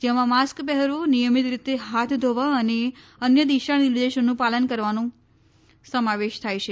જેમાં માસ્ક પહેરવું નિયમિત રીતે હાથ ધોવા અને અન્ય દિશા નિર્દેશોનું પાલન કરવાન સમાવેશ થાય છે